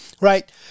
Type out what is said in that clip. right